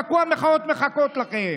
חכו, המחאות מחכות לכם.